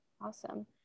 awesome